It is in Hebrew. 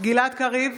גלעד קריב,